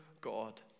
God